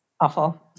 awful